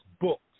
books